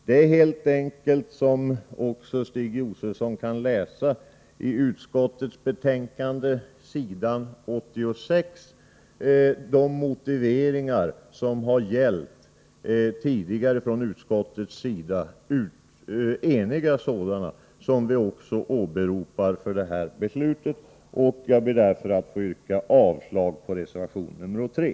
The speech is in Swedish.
Det är helt enkelt — som Stig Josefson också kan läsa i utskottsbetänkandet på s.86 — de motiveringar som utskottet varit enigt om tidigare som också åberopas för detta beslut. Jag ber därför att få yrka avslag på reservation 3.